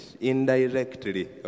indirectly